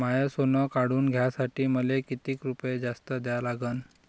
माय सोनं काढून घ्यासाठी मले कितीक रुपये जास्त द्या लागन?